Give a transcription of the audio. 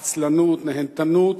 עצלנות, נהנתנות,